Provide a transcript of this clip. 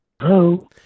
Hello